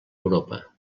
europa